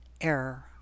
error